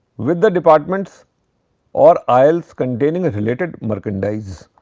with the departments or aisles containing a related merchandise.